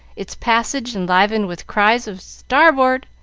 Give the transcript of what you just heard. its passage enlivened with cries of starboard!